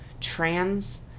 trans